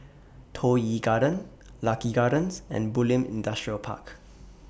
Toh Yi Garden Lucky Gardens and Bulim Industrial Park